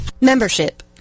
Membership